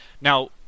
now